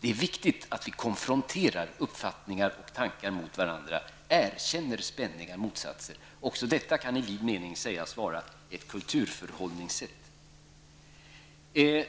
Det är viktigt att vi konfronterar uppfattningar och tankar mot varandra och erkänner spänningar och motsatser. Också detta kan i vid mening sägas vara ett kulturförhållningssätt.